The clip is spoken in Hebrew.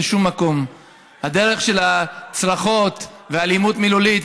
מילולית, צרחות, טרור מילולי.